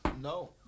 No